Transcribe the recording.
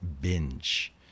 binge